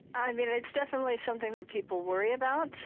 um you know it's definitely something that people worry about,